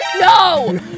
No